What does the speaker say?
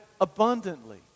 abundantly